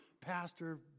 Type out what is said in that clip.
pastor